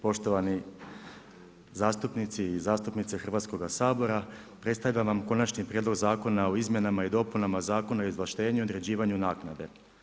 Poštovani zastupnici i zastupnice Hrvatskoga sabora, predstavljam vam Konačni prijedlog Zakona o izmjenama i dopunama Zakona o izvlaštenju i određivanju naknade.